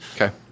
Okay